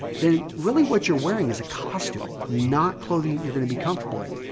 then really what you're wearing is a costume, not clothing you're going to be comfortable in.